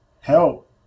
help